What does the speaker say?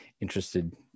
interested